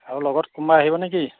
আৰু লগত কোনোবা আহিব নেকি